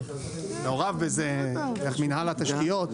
ומעורב בזה מינהל התשתיות,